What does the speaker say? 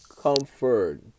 Comfort